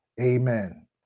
amen